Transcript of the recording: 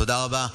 תודה רבה.